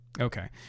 Okay